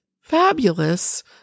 fabulous